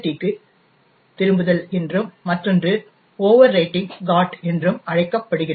க்கு திரும்புதல் என்றும் மற்றொன்று ஓவர்ரைட்டிங் GOT என்றும் அழைக்கப்படுகிறது